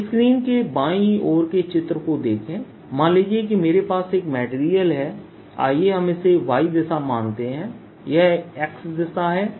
अपनी स्क्रीन के बाईं ओर के चित्र को देखें मान लीजिए मेरे पास एक मेटेरियल है आइए हम इसे Y दिशा मानते हैं यह X दिशा है